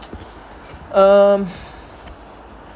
um